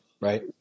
right